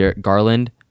Garland